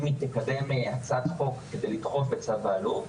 היא תקדם הצעת חוק כדי לדחוף את צו האלוף,